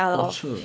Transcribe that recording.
auteur